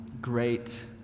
great